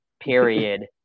period